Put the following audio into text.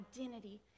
identity